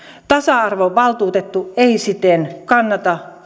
tasa arvovaltuutettu ei siten kannata